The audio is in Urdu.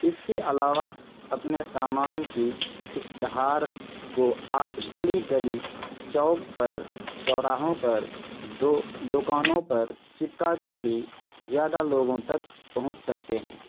اس کے علاوہ اپنے سامان کی اشتہار کو آپ گلی گلی چوک پر چوراہوں پر دو دوکانوں پر چپکا کر بھی زیادہ لوگوں تک پہنچ سکتے ہیں